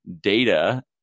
data